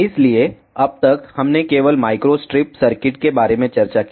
इसलिए अब तक हमने केवल माइक्रोस्ट्रिप सर्किट के बारे में चर्चा की